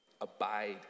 abide